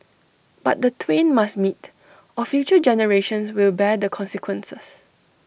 but the twain must meet or future generations will bear the consequences